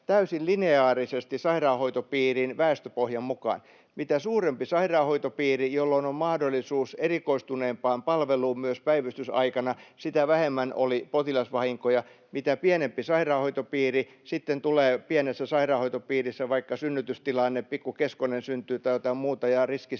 täysin lineaarisesti sairaanhoitopiirin väestöpohjan mukaan. Mitä suurempi sairaanhoitopiiri, jolloin on mahdollisuus erikoistuneempaan palveluun myös päivystysaikana, sitä vähemmän oli potilasvahinkoja. Jos on pienempi sairaanhoitopiiri, sitten tulee — pienessä sairaanhoitopiirissä vaikka synnytystilanne, pikkukeskonen syntyy tai jotain muuta — riski siihen,